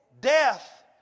Death